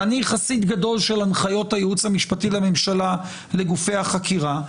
ואני חסיד גדול של הנחיות הייעוץ המשפטי לממשלה לגופי החקירה,